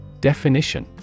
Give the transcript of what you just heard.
Definition